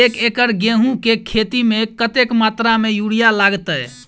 एक एकड़ गेंहूँ केँ खेती मे कतेक मात्रा मे यूरिया लागतै?